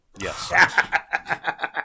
Yes